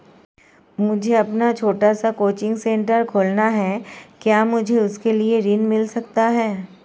मुझे अपना छोटा सा कोचिंग सेंटर खोलना है क्या मुझे उसके लिए ऋण मिल सकता है?